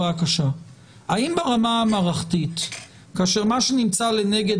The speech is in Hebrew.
האם ברמה המערכתית כאשר מה שנמצא לנגד